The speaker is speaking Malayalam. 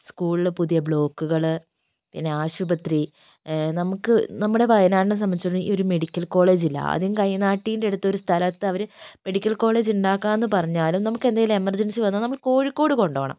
സ്കൂളിൽ പുതിയ ബ്ലോക്കുകൾ പിന്നെ ആശുപത്രി നമുക്ക് നമ്മുടെ വയനാടിനെ സംബന്ധിച്ച് പറഞ്ഞാൽ ഈ ഒരു മെഡിക്കൽ കോളേജില്ല ആദ്യം കൈനാട്ടീൻ്റെ അടുത്ത് ഒരു സ്ഥലത്തവർ മെഡിക്കൽ കോളേജുണ്ടാക്കാം എന്നു പറഞ്ഞാലും നമുക്കെന്തെങ്കിലും എമർജൻസി വന്നാൽ നമ്മൾ കോഴിക്കോട് കൊണ്ടുപോകണം